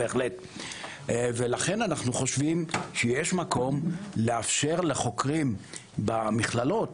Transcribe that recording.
לכן אנחנו חושבים שיש מקום לאפשר לחוקרים במכללות